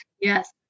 yes